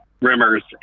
rumors